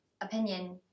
opinion